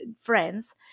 friends